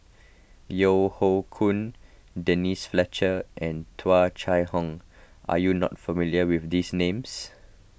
Yeo Hoe Koon Denise Fletcher and Tung Chye Hong are you not familiar with these names